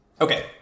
Okay